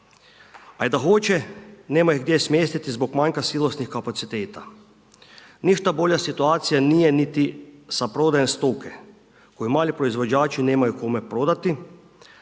A i da hoće, nema ih gdje smjestiti zbog manjka silosnih kapaciteta. Ništa bolja situacija nije niti sa prodajom stoke koju mali proizvođači nemaju kome prodati.